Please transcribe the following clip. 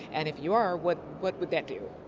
and if you are what what would that do?